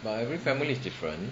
but every family is different